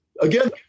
Again